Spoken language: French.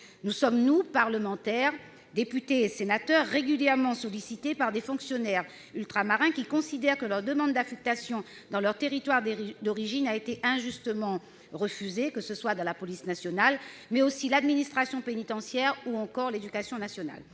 généralisée. Nous, parlementaires, députés et sénateurs, sommes régulièrement sollicités par des fonctionnaires ultramarins considérant que leur demande d'affectation dans leur territoire d'origine a été injustement refusée, qu'il s'agisse de la police nationale, de l'administration pénitentiaire ou de l'éducation nationale.